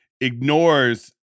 ignores